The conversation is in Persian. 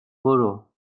برو